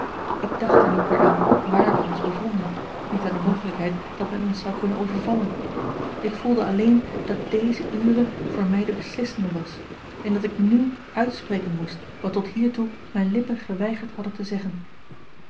ik dacht er niet meer aan wààr wij ons bevonden niet aan de mogelijkheid dat men ons zou kunnen overvallen ik voelde alleen dat deze ure voor mij de beslissende was en dat ik n uitspreken moest wat tot hiertoe mijne lippen a l g bosboom-toussaint langs een omweg geweigerd hadden te zeggen